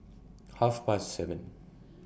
Half Past seven